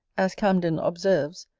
as camden observes,